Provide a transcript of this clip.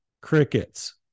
Crickets